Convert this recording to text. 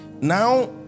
Now